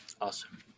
Awesome